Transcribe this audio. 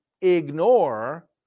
ignore